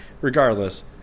Regardless